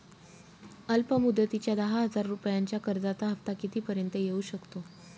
अल्प मुदतीच्या दहा हजार रुपयांच्या कर्जाचा हफ्ता किती पर्यंत येवू शकतो?